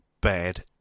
bad